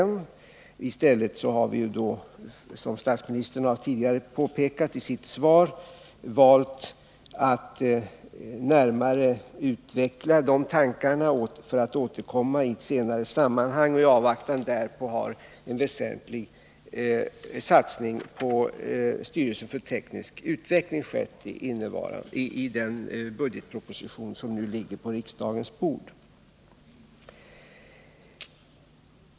I stället har vi, som statsministern tidigare påpekat i sitt svar, valt att närmare utveckla de tankarna för att återkomma i ett senare sammanhang, och i avvaktan därpå har en väsentlig satsning på styrelsen för teknisk utveckling skett i den budgetproposition som nu ligger på riksdagens bord.